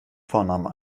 vornamen